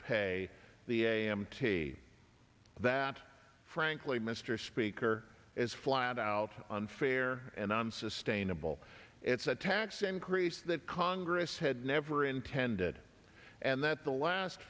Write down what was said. pay the a m t that frankly mr speaker is flat out unfair and unsustainable it's a tax increase that congress had never intended and that the last